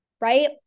right